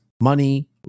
Money